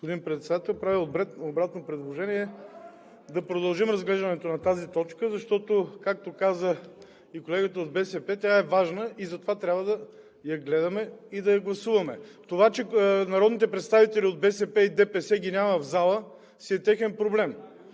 Председател, правя обратно предложение: да продължим разглеждането на тази точка. Защото, както каза и колегата от БСП, тя е важна и затова трябва да я гледаме и да я гласуваме. Това че народните представители от БСП и ДПС ги няма в залата, си е техен проблем.